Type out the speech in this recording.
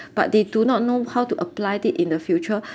but they do not know how to apply it in the future